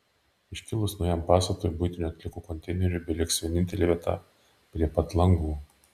iškilus naujam pastatui buitinių atliekų konteineriui beliks vienintelė vieta prie pat langų